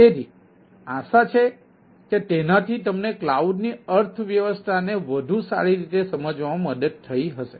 તેથી આશા છે કે તેનાથી તમને કલાઉડની અર્થવ્યવસ્થાને વધુ સારી રીતે સમજવામાં મદદ થઈ હશે